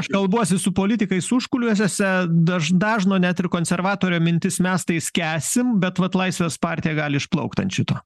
aš kalbuosi su politikais užkuliuosiuose daž dažno net ir konservatorio mintis mes tai skęsim bet vat laisvės partija gali išplaukt ant šito